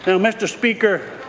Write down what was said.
so mr. speaker,